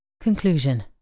Conclusion